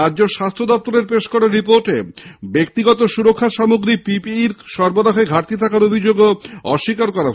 রাজ্য স্বাস্থ্য দপ্তরের পেশ করা রিপোর্টে ব্যক্তিগত সুরক্ষা পিপিইর সরবরাহে ঘাটতি থাকার অভিযোগও অস্বীকার করা হয়